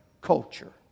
culture